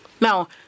Now